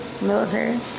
Military